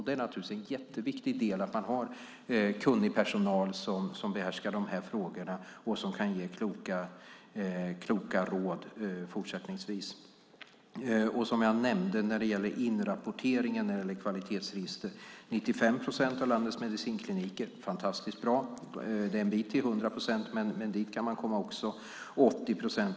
Det är naturligtvis viktigt att ha kunnig personal som behärskar de här frågorna och kan ge kloka råd. Som jag nämnde rapporterar 95 procent av landets medicinkliniker till kvalitetsregister. Det är fantastiskt bra. Det är en bit till 100 procent; dit kan man också komma.